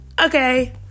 Okay